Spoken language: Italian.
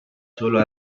solo